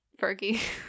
Fergie